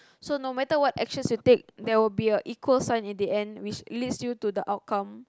so no matter what actions you take there will be an equal sign at the end which leads you to the outcome